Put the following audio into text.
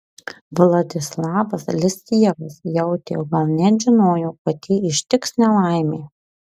vladislavas listjevas jautė o gal net žinojo kad jį ištiks nelaimė